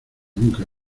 nunca